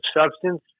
substance